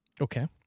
Okay